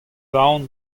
aon